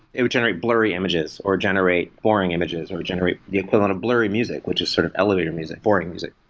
it would generate blurry images, or generate boring images, or generate the equivalent of blurry music, which is sort of elevator music, boring music.